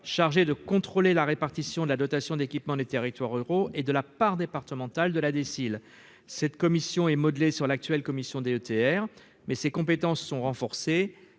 chargés de contrôler la répartition de la dotation d'équipement des territoires ruraux et de la part départementale de la déciles, cette commission est modelé sur l'actuelle commission DETR mais ses compétences sont renforcés,